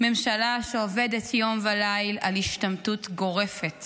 ממשלה שעובדת יום וליל על השתמטות גורפת